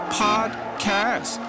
podcast